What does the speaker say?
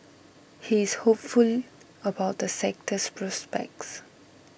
he is hopeful about the sector's prospects